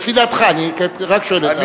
לפי דעתך, אני רק שואל לפי דעתך.